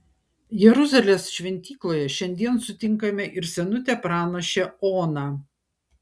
jeruzalės šventykloje šiandien sutinkame ir senutę pranašę oną